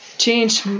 change